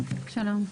--- שלום.